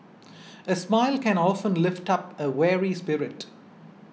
a smile can often lift up a weary spirit